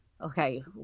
okay